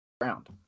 ground